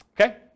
Okay